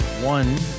One